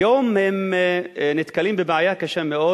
כיום הם נתקלים בבעיה קשה מאוד.